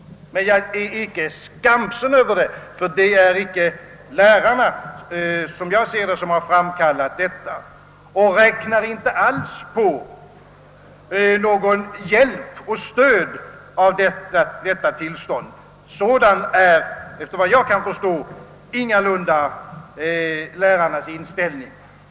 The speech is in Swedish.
Men jag är inte skamsen över det, ty som jag ser det, är det inte lärarna som har framkallat den rådande situationen. Och lärarna räknar alls inte med någon hjälp eller något stöd i detta tillstånd. Sådan är ingalunda lärarnas inställning.